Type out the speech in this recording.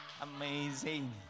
amazing